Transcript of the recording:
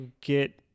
get